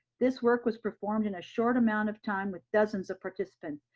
this work was performed in a short amount of time with dozens of participants.